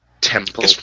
temple